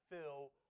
fill